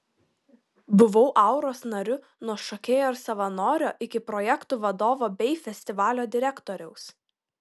buvau auros nariu nuo šokėjo ir savanorio iki projektų vadovo bei festivalio direktoriaus